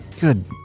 Good